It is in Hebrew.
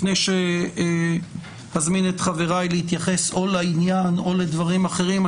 לפני שאזמין את חבריי להתייחס לעניין או לדברים אחרים,